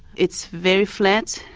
it's very flat,